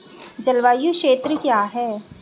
जलवायु क्षेत्र क्या है?